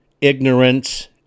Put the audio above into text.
ignorance